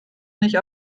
nicht